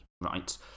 right